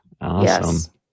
Awesome